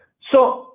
so